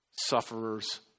sufferers